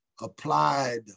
applied